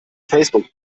facebook